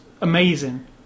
amazing